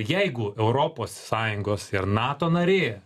jeigu europos sąjungos ir nato narė